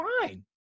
fine